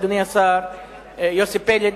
אדוני השר יוסי פלד,